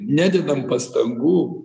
nededam pastangų